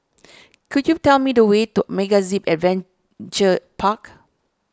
could you tell me the way to MegaZip Adventure Park